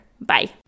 Bye